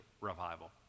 revival